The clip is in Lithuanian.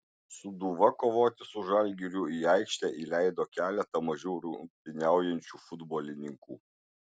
sūduva kovoti su žalgiriu į aikštę įleido keletą mažiau rungtyniaujančių futbolininkų